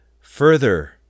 further